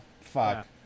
Fuck